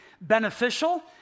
beneficial